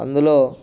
అందులో